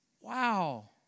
Wow